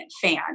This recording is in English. fan